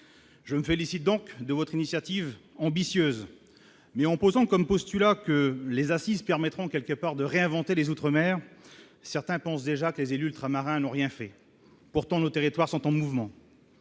je me félicite donc de votre initiative ambitieuse mais en posant comme postulat que les assises permettront quelque part de réinventer les outre-mer, certains pensent déjà que les élus ultramarins n'ont rien fait pourtant nos territoires sont en mouvement.